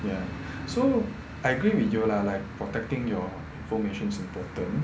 ya so I agree with you lah like protecting your informations is important